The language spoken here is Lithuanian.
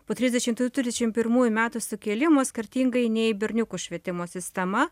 po trisdešimtųjų trisdešimt pirmųjų metų sukilimo skirtingai nei berniukų švietimo sistema